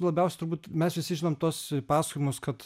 labiausiai turbūt mes visi žinom tuos pasakojimus kad